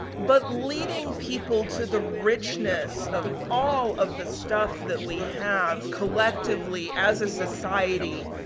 but, leading people to the richness of all of the stuff that we have, collectively, as a society,